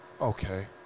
Okay